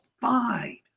fine